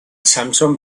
samson